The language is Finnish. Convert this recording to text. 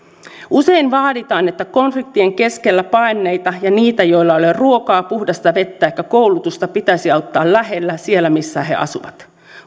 usein vaaditaan että konfliktien keskellä paenneita ja niitä joilla ei ole ruokaa puhdasta vettä eikä koulutusta pitäisi auttaa lähellä siellä missä he asuvat